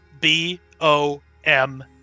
B-O-M